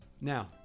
Now